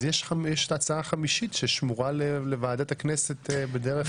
יש ההצעה החמישית ששמורה לוועדת הכנסת בדרך כלל.